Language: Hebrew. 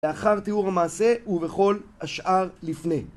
לאחר תיאור המעשה ובכל השאר לפני.